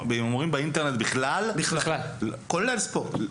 אבל כולל ספורט.